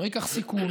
ולא ייקח סיכון,